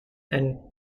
and